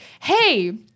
Hey